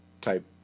type